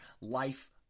life